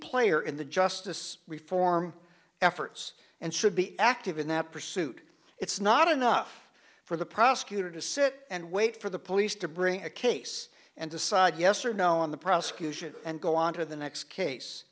player in the justice reform efforts and should be active in that pursuit it's not enough for the prosecutor to sit and wait for the police to bring a case and decide yes or no on the prosecution and go on to the next case